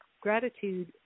gratitude